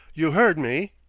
you heard me?